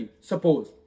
suppose